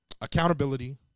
Accountability